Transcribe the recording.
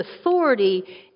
authority